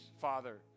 Father